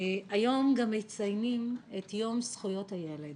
היום גם מציינים את יום זכויות הילד